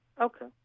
Okay